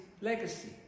legacy